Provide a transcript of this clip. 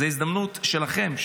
זו ההזדמנות שלכם,